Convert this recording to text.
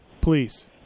Please